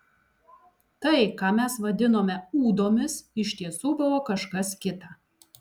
tai ką mes vadinome ūdomis iš tiesų buvo kažkas kita